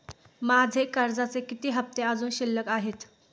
माझे कर्जाचे किती हफ्ते अजुन शिल्लक आहेत?